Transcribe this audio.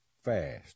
Fast